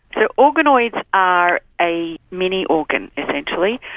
so organoids are a mini organ, essentially.